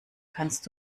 kannst